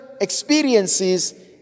experiences